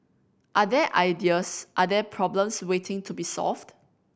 are there ideas are there problems waiting to be solved